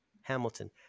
Hamilton